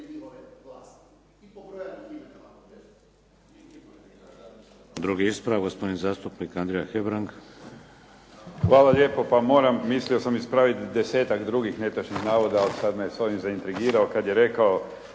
Drugi ispravak, gospodin zastupnik Andrija Hebrang. **Hebrang, Andrija (HDZ)** Hvala lijepo. Pa moram, mislio sam ispraviti desetak drugih netočnih navoda, ali sad me je s ovim zaintrigirao kad je rekao